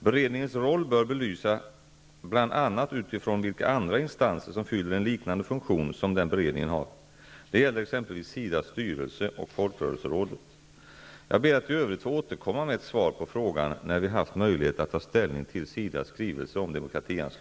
Beredningens roll bör belysas bl.a. utifrån vilka andra instanser som fyller en liknande funktion som den beredningen har. Det gäller exempelvis SIDA:s styrelse och folkrörelserådet. Jag ber att i övrigt få återkomma med ett svar på frågan när vi haft möjlighet att ta ställning till